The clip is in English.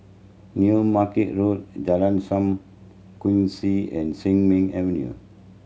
New Market Road Jalan Sam Kongsi and Sin Ming Avenue